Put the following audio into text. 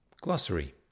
Glossary